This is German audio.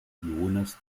jonas